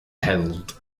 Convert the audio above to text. held